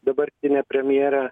dabartinę premjerę